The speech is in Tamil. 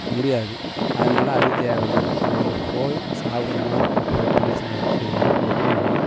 முடியாது அதனால் அது தேவையில்ல நம்ம போய் சாப்பிட்ணும் அங்கே போயிட்டு நீச்சல் அடிச்சோன்னா எப்படின்னா